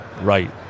right